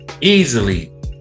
easily